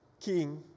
king